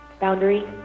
Boundary